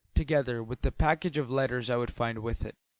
together with the package of letters i would find with it.